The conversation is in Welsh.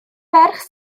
ferch